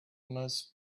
less